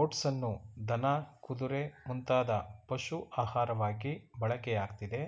ಓಟ್ಸನ್ನು ದನ ಕುದುರೆ ಮುಂತಾದ ಪಶು ಆಹಾರವಾಗಿ ಬಳಕೆಯಾಗ್ತಿದೆ